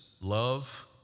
love